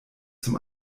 zum